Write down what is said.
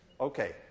Okay